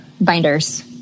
binders